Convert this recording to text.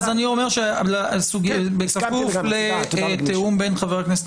אז אני אומר שזה בכפוף לתיאום בין חבר הכנסת